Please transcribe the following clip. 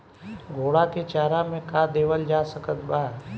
घोड़ा के चारा मे का देवल जा सकत बा?